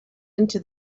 into